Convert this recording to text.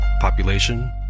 Population